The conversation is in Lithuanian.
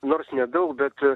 nors nedaug bet